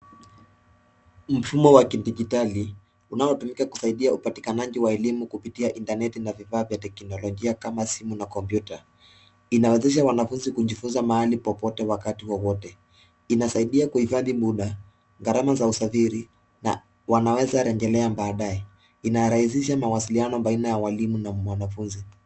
Mfumo wa kidijitali unaotumika kusaidia upatikanaji wa elimu kupitia intaneti na vifaa vya teknolojia kama simu na kompyuta, inawezesha wanafunzi kujifunza mahali popote wakati wowote, inasaidia kuhifadhi muda, gharama za usafiri na wanaweza rejelea baadae, inarahisisha mawasiliano baina ya walimu na mwanafunzi.